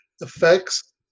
effects